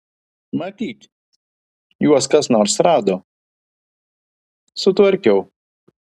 matyt juos kas nors rado sukvarkiau